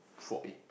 forty